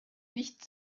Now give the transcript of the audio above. nicht